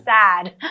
sad